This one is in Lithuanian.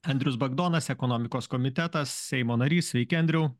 andrius bagdonas ekonomikos komitetas seimo narys sveiki andriau